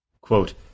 Quote